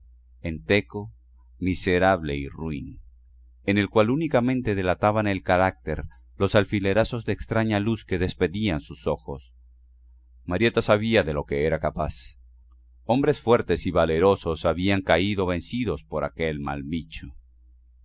teulaí enteco miserable y ruin en el cual únicamente delataban el carácter los alfilerazos de extraña luz que despedían sus ojos marieta sabía de lo que era capaz hombres fuertes y valerosos habían caído vencidos por aquel